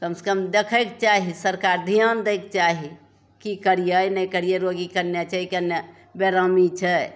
कमसे कम देखैके चाही सरकार धिआन दैके चाही कि करिए नहि करिए रोगी कोन्ने छै कोन्ने बेरामी छै